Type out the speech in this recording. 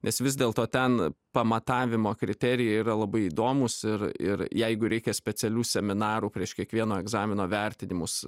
nes vis dėl to ten pamatavimo kriterijai yra labai įdomūs ir ir jeigu reikia specialių seminarų prieš kiekvieno egzamino vertinimus